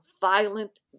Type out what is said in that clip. violent